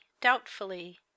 doubtfully